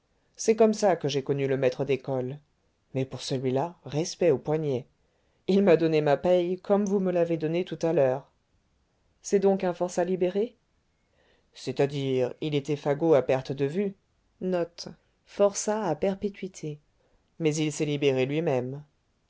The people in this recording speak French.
c'est comme ça que j'ai connu le maître d'école mais pour celui-là respect aux poignets il m'a donné ma paye comme vous me l'avez donnée tout à l'heure c'est donc un forçat libéré c'est-à-dire il était fagot à perte de vue mais il s'est libéré lui-même